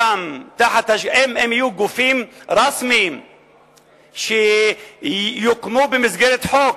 הם יהיו גופים רשמיים שיוקמו במסגרת חוק,